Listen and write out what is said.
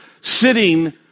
sitting